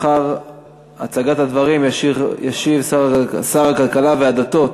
לאחר הצגת הדברים ישיב שר הכלכלה והדתות,